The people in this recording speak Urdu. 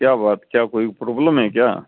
کیا بات کیا کوئی پرابلم ہے کیا